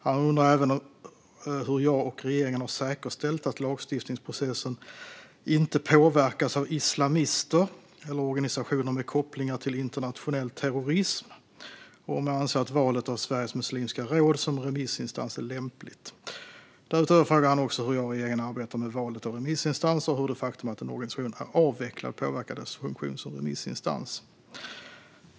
Han undrar även hur jag och regeringen har säkerställt att lagstiftningsprocessen inte påverkas av islamister eller organisationer med kopplingar till internationell terrorism och om jag anser att valet av Sveriges muslimska råd som remissinstans är lämpligt. Därutöver frågar han hur jag och regeringen arbetar med valet av remissinstanser och hur det faktum att en organisation är avvecklad påverkar dess funktion som remissinstans.